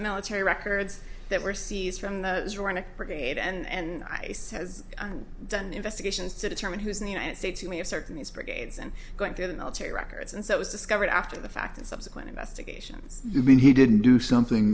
military records that were seized from the brigade and i says done investigations to determine who's in the united states who may have certain these brigades and going through the military records and so it was discovered after the fact in subsequent investigations i mean he did do something